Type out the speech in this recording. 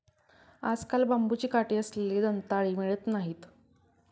आजकाल बांबूची काठी असलेले दंताळे मिळत नाहीत